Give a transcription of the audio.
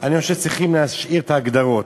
אני חושב שצריכים להשאיר את ההגדרות.